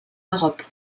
europe